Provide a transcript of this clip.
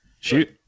shoot